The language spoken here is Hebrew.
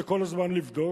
כל הזמן לבדוק,